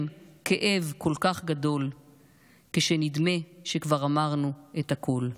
כאב כל כך גדול / כשנדמה שכבר אמרנו את הכול.